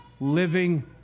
living